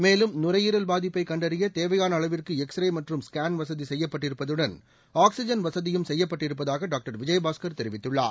மேலும் நுரையீரல் பாதிப்பை கண்டறிய தேவையான அளவிற்கு எக்ஸ் ரே மற்றும் ஸ்கேன் வசதி செய்யப்பட்டிருப்பதுடன் ஆக்ஸிஜன் வசதியும் செய்யப்பட்டிருப்பதாக டாக்டர் விஜயபாஸ்கர் தெரிவித்துள்ளார்